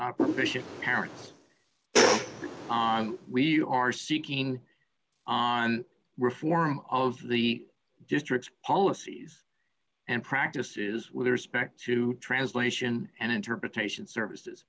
opposition parents we are seeking on reform of the district's policies and practices with respect to translation and interpretation services